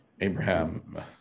abraham